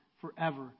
forever